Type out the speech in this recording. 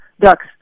ducks